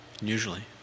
Usually